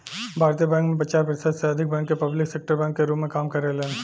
भारतीय बैंक में पचास प्रतिशत से अधिक बैंक पब्लिक सेक्टर बैंक के रूप में काम करेलेन